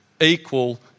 equal